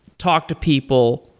talk to people,